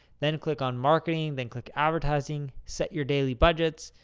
then click on marketing, then click advertising. set your daily budgets.